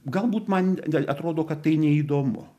galbūt man atrodo kad tai neįdomu